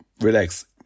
relax